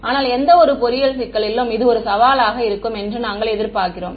ஆனால் எந்தவொரு பொறியியல் சிக்கலிலும் இது ஒரு சவாலாக இருக்கும் என்று நாங்கள் எதிர்பார்க்கிறோம்